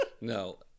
No